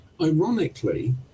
ironically